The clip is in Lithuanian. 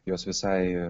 jos visai